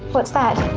what's that? i